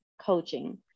coaching